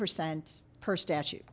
percent per statute